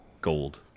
gold